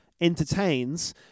entertains